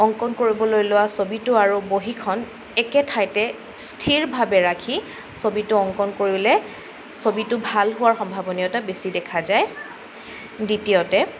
অংকন কৰিবলৈ লোৱা ছবিটো আৰু বহীখন একে ঠাইতে স্থিৰভাৱে ৰাখি ছবিটো অংকন কৰিলে ছবিটো ভাল হোৱাৰ সম্ভাৱনীয়তা বেছি দেখা যায় দ্বিতীয়তে